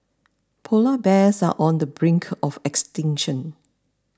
Polar Bears are on the brink of extinction